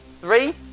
Three